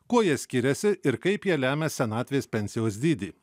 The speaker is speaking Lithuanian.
kuo jie skiriasi ir kaip jie lemia senatvės pensijos dydį